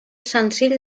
senzill